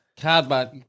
cardboard –